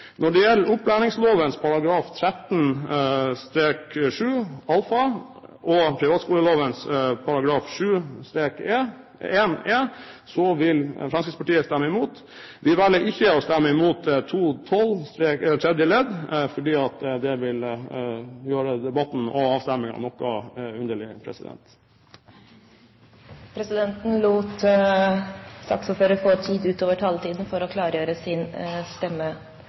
Når det gjelder opplæringslovens § 13-7a og privatskolelovens § 7-1e, vil Fremskrittspartiet stemme imot. Vi velger ikke å stemme imot § 2-12 tredje ledd fordi det vil gjøre debatten og avstemningen noe underlig. Presidenten lot saksordføreren få tid utover taletiden for å klargjøre